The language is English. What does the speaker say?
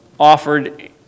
Offered